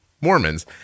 Mormons